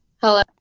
hello